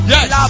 Yes